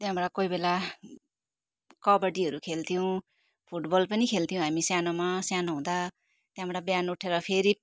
त्यहाँबाट कोही बेला कब्बडीहरू खेल्थ्यौँ फुटबल पनि खेल्थ्यौँ हामी सानोमा सानो हुँदा त्यहाँबाट बिहान उठेर फेरि